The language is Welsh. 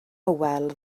hywel